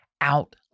out